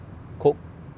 coke